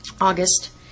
August